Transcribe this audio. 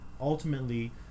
ultimately